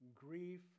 grief